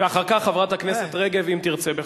ואחר כך חברת הכנסת רגב, אם תרצה בכך.